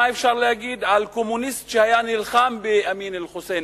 אבל מה אפשר היה להגיד על קומוניסט שהיה נלחם באמין אל-חוסייני?